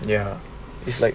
ya it's like